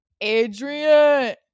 Adrian